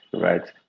right